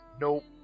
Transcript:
Nope